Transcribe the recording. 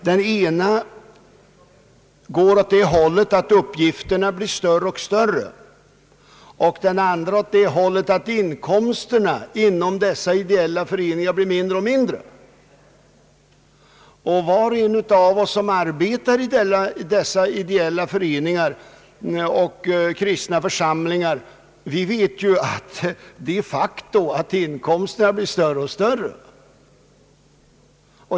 Den ena går åt det hållet att uppgifterna blir större och större, och den andra åt det hållet att inkomsterna inom dessa ideella föreningar blir mindre och mindre. Var och en av oss som arbetar i dessa ideella föreningar och kristna församlingar vet ju att inkomsterna de facto blir större och större.